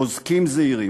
עוסקים זעירים,